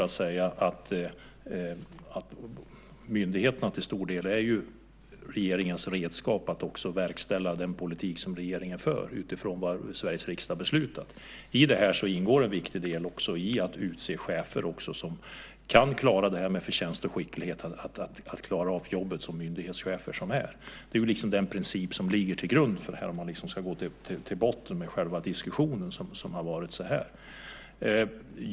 Det gör att myndigheterna till stor del är regeringens redskap för att verkställa den politik som regeringen för utifrån vad Sveriges riksdag beslutar. En viktig del av detta är att utse folk som kan klara jobbet som myndighetschefer med förtjänst och skicklighet. Det är den princip som ligger till grund för det här om man ska gå till botten med själva den diskussion som har varit.